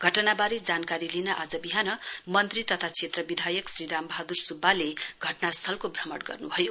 घटनावारे जानकारी लिन आज विहान मन्त्री तथा क्षेत्र विधायक श्री रामवहादुर सुब्बाले घटना स्थलको भ्रमण गर्नुभयो